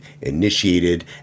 initiated